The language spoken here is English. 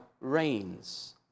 reigns